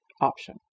option